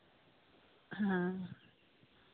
ᱦᱮᱸ